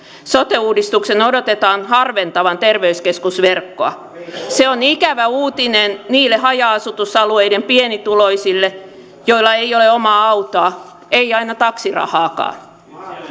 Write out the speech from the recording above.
sote uudistuksen odotetaan harventavan terveyskeskusverkkoa se on ikävä uutinen niille haja asutusalueiden pienituloisille joilla ei ole omaa autoa ei aina taksirahaakaan